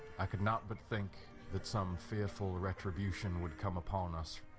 i could not but think that some fearful retribution would come upon us.